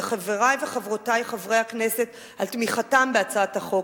לחברי וחברותי חברי הכנסת על תמיכתם בהצעת החוק,